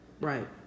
right